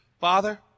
Father